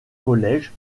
college